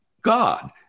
God